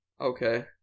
Okay